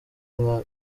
nka